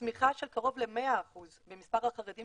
צמיחה של קרוב ל-100% במספר החרדים